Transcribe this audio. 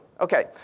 Okay